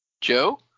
Joe